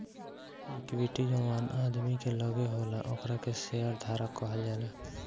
equity जवन आदमी के लगे होला ओकरा के शेयर धारक कहल जाला